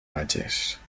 bages